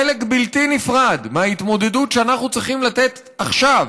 חלק בלתי נפרד מההתמודדות שאנחנו צריכים לתת עכשיו